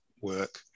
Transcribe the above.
work